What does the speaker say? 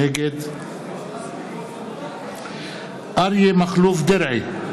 נגד אריה מכלוף דרעי,